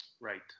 Right